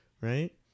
Right